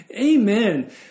Amen